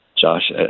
Josh